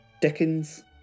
Dickens